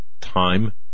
time